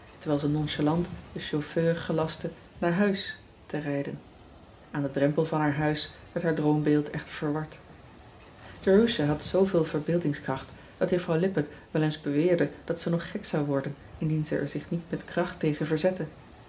terwijl ze nonchalant den chauffeur gelastte aar huis te rijden an den drempel van haar huis werd haar droombeeld echter verward erusha had zooveel verbeeldingskracht dat uffrouw ippett wel eens beweerde dat ze nog gek zou worden indien zij er zich niet met kracht tegen verzette